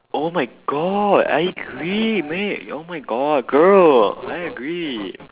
oh my god I agree mate oh my god girl I agree